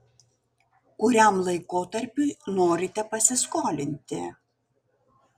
kuriam laikotarpiui norite pasiskolinti